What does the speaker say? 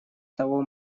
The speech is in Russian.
того